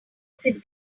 sit